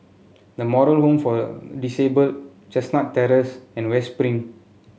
The Moral Home for Disabled Chestnut Terrace and West Spring